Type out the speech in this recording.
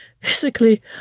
Physically